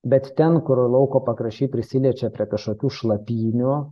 bet ten kur lauko pakraščiai prisiliečia prie kažkokių šlapynių